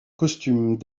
costumes